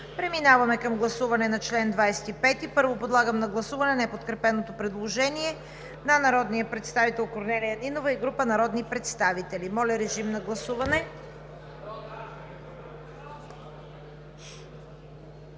Преминаваме към гласуване на чл. 25. Първо подлагам на гласуване неподкрепеното предложение на народния представител Корнелия Нинова и група народни представители. Гласували